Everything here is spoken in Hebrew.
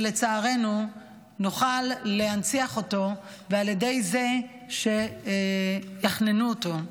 שלצערנו, נוכל להנציח אותו על ידי זה שיחננו אותו,